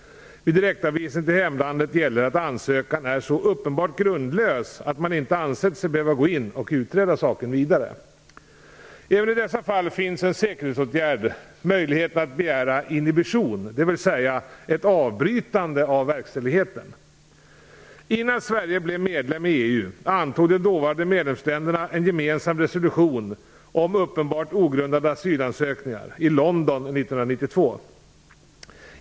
Vid direktavvisning till hemlandet gäller att ansökan är så uppenbart grundlös att man inte ansett sig behöva gå in och utreda saken vidare. Även i dessa fall finns, som en säkerhetsåtgärd, möjligheten att begära inhibition, dvs. ett avbrytande av verkställigheten. Innan Sverige blev medlem i EU antog de dåvarande medlemsländerna en gemensam resolution i London 1992 om uppenbart ogrundade asylansökningar.